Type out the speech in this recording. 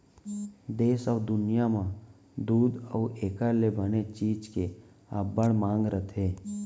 देस अउ दुनियॉं म दूद अउ एकर ले बने चीज के अब्बड़ मांग रथे